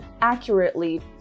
accurately